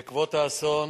בעקבות האסון